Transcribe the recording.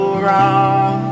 wrong